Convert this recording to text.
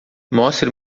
mostre